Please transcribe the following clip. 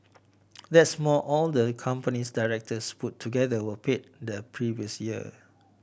that's more all the company's directors put together were paid the previous year